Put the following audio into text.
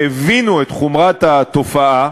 שהבינו את חומרת התופעה,